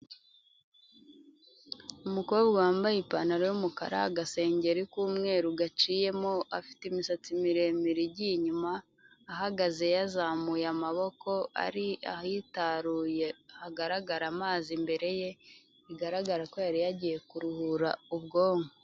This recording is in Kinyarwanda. Umukobwa wambaye ipantaro y'umukara, agasengeri k'umweru gaciyemo, afite imisatsi miremire igiye inyuma, ahagaze yazamuye amaboko, ari ahitaruye hagaragara amazi imbere ye, bigaragara ko yari yagiye kuruhura ubwonko.